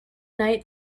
night